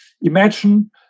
Imagine